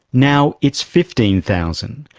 now it's fifteen thousand.